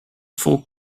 vol